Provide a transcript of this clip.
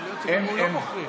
יכול להיות שהם לא בוחרים.